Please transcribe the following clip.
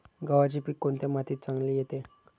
गव्हाचे पीक कोणत्या मातीत चांगले येते?